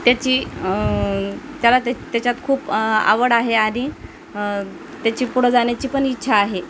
त्याची त्याला त्या त्याच्यात खूप आवड आहे आणि त्याची पुढं जाण्याची पण इच्छा आहे